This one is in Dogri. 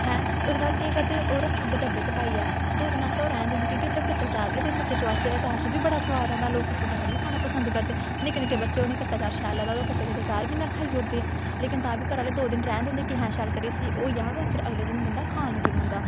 हैं उ'दे बाद केह् करदे केह् ओह् रखी औड़दे डब्बे च पाइयै दो दिन आस्तै ओह् रौह्न दिंदे क्योंकि ओह् कच्चा चा'र कच्चे चा'र च बी बड़ा सोआद आंदा लोक कच्चा चार गी बी खाना पसंद करदे निक्के निक्के बच्चे उ'नेंगी कच्चा चा'र शैल लगदा ओह् कच्चा कच्चा चा'र बी इ'यां खाई औड़दे लेकिन तां बी घरा आह्ले रैह्न दिंदे तां केह् शैल करियै होई जा्ह्ग फिर अगले दिन बंदा खान लग्गी पौंदा